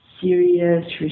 serious